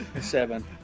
Seven